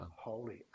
Holy